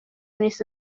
نیست